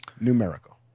Numerical